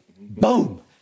boom